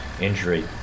injury